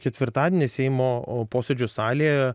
ketvirtadienį seimo o posėdžių salėje